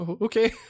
Okay